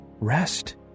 rest